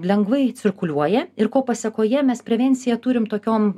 lengvai cirkuliuoja ir ko pasekoje mes prevenciją turim tokiom